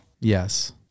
Yes